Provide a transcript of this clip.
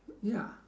ya